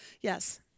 Yes